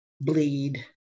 bleed